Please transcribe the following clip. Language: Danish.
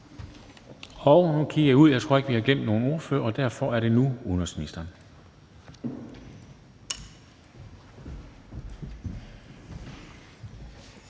Nu kigger jeg ud. Jeg tror ikke, at vi har glemt nogen ordførere. Derfor er det nu udenrigsministeren.